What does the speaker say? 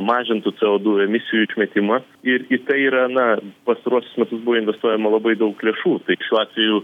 mažintų c o du emisijų išmetimą ir į tai yra na pastaruosius metus buvo investuojama labai daug lėšų tai šiuo atveju